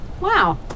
Wow